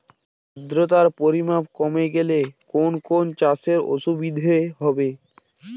আদ্রতার পরিমাণ কমে গেলে কোন কোন চাষে অসুবিধে হবে?